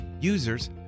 Users